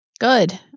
Good